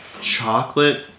chocolate